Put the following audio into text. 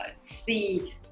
see